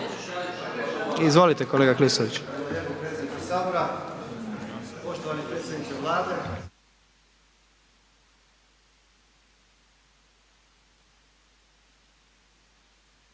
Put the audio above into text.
Izvolite kolega Klisović.